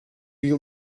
yıl